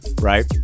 right